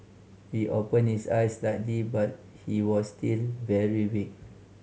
he opened his eyes slightly but he was still very weak